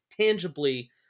tangibly